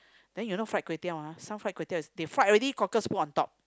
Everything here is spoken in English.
then you know fried kway teow ah some fried kway teow is they fried already cockles put on top